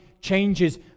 changes